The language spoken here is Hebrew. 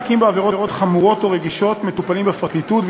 תיקים בעבירות חמורות או רגישות מטופלים בפרקליטות,